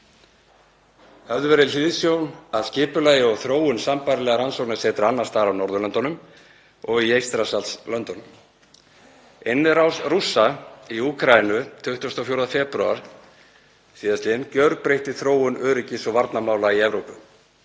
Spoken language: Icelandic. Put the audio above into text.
Höfð verði hliðsjón af skipulagi og þróun sambærilegra rannsóknasetra annars staðar á Norðurlöndunum og í Eystrasaltslöndunum. Innrás Rússa í Úkraínu 24. febrúar sl. gjörbreytti þróun öryggis- og varnarmála í Evrópu,